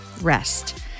rest